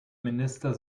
minister